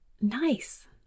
nice